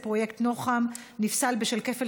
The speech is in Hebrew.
בנושא: פרויקט נוח"ם נפסל בשל כפל